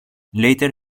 later